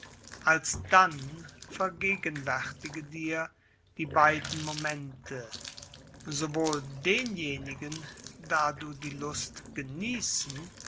alsdann vergegenwärtige dir die beiden momente sowohl denjenigen da du die lust genießen